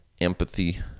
empathy